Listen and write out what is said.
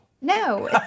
No